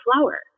flower